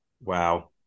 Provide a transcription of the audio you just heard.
Wow